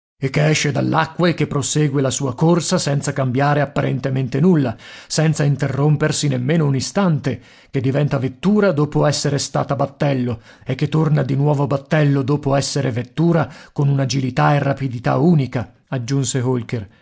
che esce dall'acqua e che prosegue la sua corsa senza cambiare apparentemente nulla senza interrompersi nemmeno un istante che diventa vettura dopo essere stata battello e che torna di nuovo battello dopo essere vettura con un'agilità e rapidità unica aggiunse holker